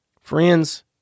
friends